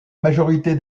majorité